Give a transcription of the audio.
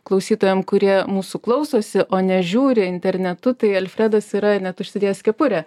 klausytojam kurie mūsų klausosi o ne žiūri internetu tai alfredas yra net užsidėjęs kepurę